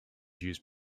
used